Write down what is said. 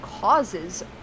causes